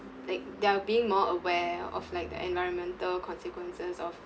like they are being more aware of like the environmental consequences of